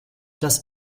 das